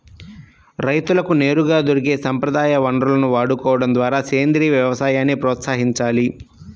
రైతులకు నేరుగా దొరికే సంప్రదాయ వనరులను వాడుకోడం ద్వారా సేంద్రీయ వ్యవసాయాన్ని ప్రోత్సహించాలి